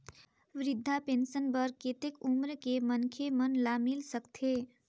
वृद्धा पेंशन बर कतेक उम्र के मनखे मन ल मिल सकथे?